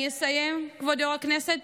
כבוד יו"ר הכנסת,